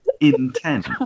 intent